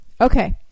Okay